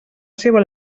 seva